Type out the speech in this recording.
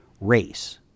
race